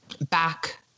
back